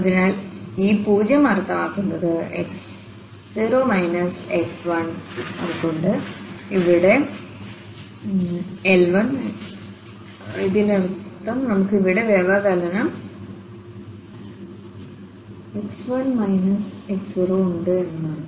അതിനാൽ ഈ 0 അർത്ഥമാക്കുന്നത് നമുക്കുണ്ട് ഇവിടെL1 ഇതിനർത്ഥം നമുക്ക് ഇവിടെ വ്യവകലനം ഉണ്ട് എന്നാണ്